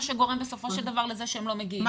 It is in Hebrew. שגורם בסופו של דבר לזה שהם לא מגיעים.